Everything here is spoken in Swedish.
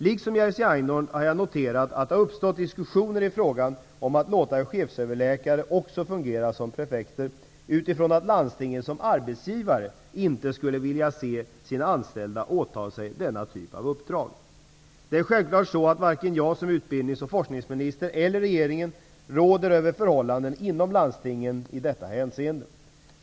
Liksom Jerzy Einhorn har jag noterat att det har uppstått diskussioner i frågan om att låta chefsöverläkare också fungera som prefekter utifrån att landstingen som arbetsgivare inte skulle vilja se sina anställda åta sig denna typ av uppdrag. Det är självklart att varken jag som utbildningsoch forskningsminister eller regeringen råder över förhållandena inom landstingen i detta hänseende.